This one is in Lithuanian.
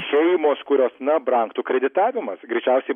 šeimos kurios na brangtų kreditavimas greičiausiai